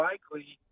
Likely